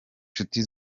nshuti